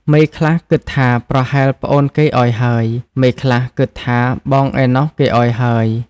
មេខ្លះគិតថាប្រហែលប្អូនគេឱ្យហើយ មេខ្លះគិតថាបងឯណោះគេឱ្យហើយ ។